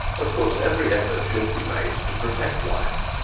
of course every effort should be made to protect life.